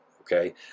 okay